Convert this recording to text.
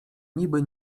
niby